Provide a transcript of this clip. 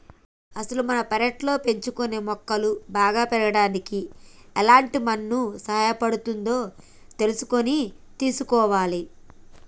అసలు మనం పెర్లట్లో పెంచుకునే మొక్కలు బాగా పెరగడానికి ఎలాంటి మన్ను సహాయపడుతుందో తెలుసుకొని తీసుకోవాలి